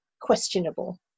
questionable